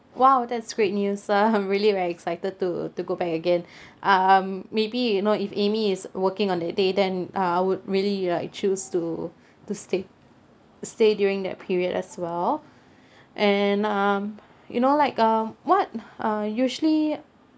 !wow! that's great news I'm really very excited to to go back again um maybe you know if amy is working on that day then uh I would really like choose to to stay stay during that period as well and um you know like um what uh usually